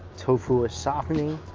tofu is softening,